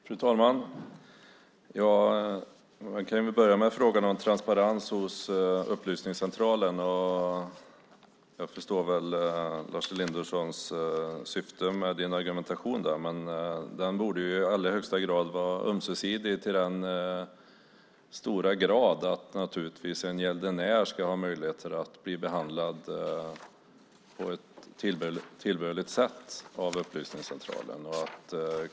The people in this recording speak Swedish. Fru talman! Jag kan börja med frågan om transparens i fråga om Upplysningscentralen. Jag förstår syftet med Lars Elindersons argumentation där. Men denna transparens borde i allra högsta grad vara ömsesidig så att en gäldenär ska ha möjligheter att bli behandlad på ett tillbörligt sätt av Upplysningscentralen.